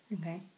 Okay